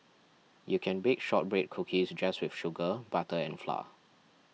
you can bake Shortbread Cookies just with sugar butter and flour